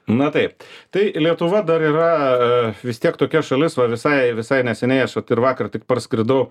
na taip tai lietuva dar yra vis tiek tokia šalis va visai neseniai aš vat ir vakar tik parskridau